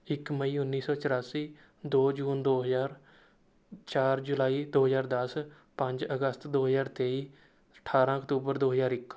ਇੱਕ ਮਈ ਉੱਨੀ ਸੌ ਚੁਰਾਸੀ ਦੋ ਜੂਨ ਦੋ ਹਜ਼ਾਰ ਚਾਰ ਜੁਲਾਈ ਦੋ ਹਜ਼ਾਰ ਦਸ ਪੰਜ ਅਗਸਤ ਦੋ ਹਜ਼ਾਰ ਤੇਈ ਅਠਾਰਾਂ ਅਕਤੂਬਰ ਦੋ ਹਜ਼ਾਰ ਇੱਕ